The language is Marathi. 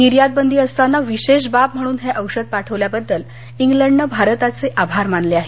निर्यातबंदी असताना विशेष बाब म्हणून हे औषध पाठवल्याबद्दल इंग्लंडनं भारताचे आभार मानले आहेत